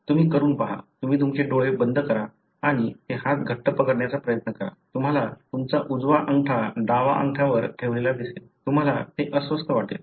तुम्ही करून पहा तुम्ही तुमचे डोळे बंद करा आणि ते हात घट्ट पकडण्याचा प्रयत्न करा तुम्हाला तुमचा उजवा अंगठा डावा अंगठ्यावर ठेवलेला दिसेल तुम्हाला ते अस्वस्थ वाटेल